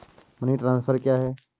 Money transfer क्या है?